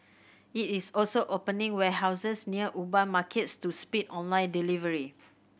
it is also opening warehouses near urban markets to speed online delivery